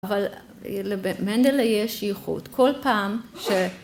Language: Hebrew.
אבל למנדלה יש ייחוד. כל פעם ש...